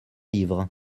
livre